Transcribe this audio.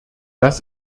das